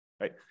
right